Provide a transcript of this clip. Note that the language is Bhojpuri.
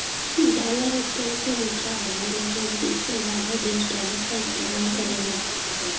डॉलर एक तरे क मुद्रा हउवे लगभग बीस से जादा देश डॉलर क इस्तेमाल करेलन